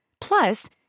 Plus